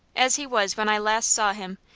as he was when i last saw him,